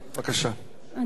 אדוני היושב-ראש,